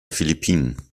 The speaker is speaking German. philippinen